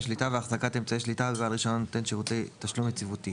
"שליטה והחזקת אמצעי שליטה בבעל רישיון נותן שירותי תשלום יציבותי":